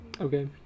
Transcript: Okay